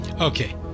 okay